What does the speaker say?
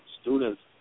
students